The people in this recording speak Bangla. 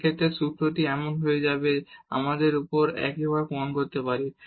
সেই ক্ষেত্রে সূত্রটি এমন হয়ে যাবে আমরা উপরের মতো একইভাবে প্রমাণ করতে পারি